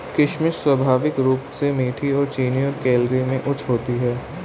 किशमिश स्वाभाविक रूप से मीठी और चीनी और कैलोरी में उच्च होती है